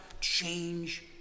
change